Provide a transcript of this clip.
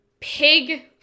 pig